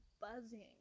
buzzing